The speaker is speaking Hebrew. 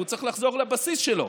הוא צריך לחזור לבסיס שלו,